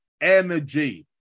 Energy